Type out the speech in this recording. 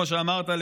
כמו שאמרת,